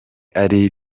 ari